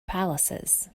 palaces